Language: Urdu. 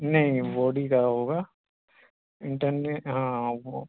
نہیں ووڈی کا ہوگا انٹر ہاں وہ